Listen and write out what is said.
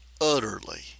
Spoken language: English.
utterly